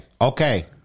Okay